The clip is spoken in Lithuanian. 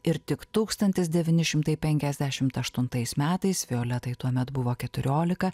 ir tik tūkstantis devyni šimtai penkiasdešimt aštuntais metais violetai tuomet buvo keturiolika